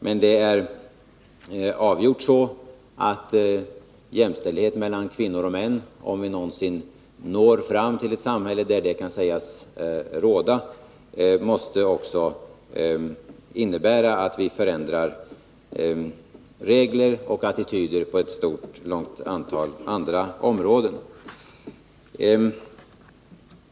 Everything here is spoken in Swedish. Men det är avgjort så att jämställdhet mellan kvinnor och män, om vi någonsin når fram till ett samhälle där det kan sägas råda, också måste innebära att vi förändrar regler och attityder på ett stort antal andra områden.